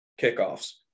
Kickoffs